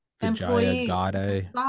employees